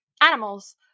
animals